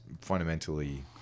fundamentally